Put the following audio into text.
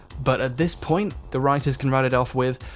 but at this point the writers can run it off with,